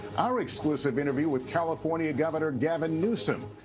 our exclusive interview with california governor gavin newsom.